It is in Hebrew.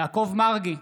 יעקב מרגי,